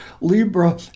Libra